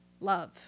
love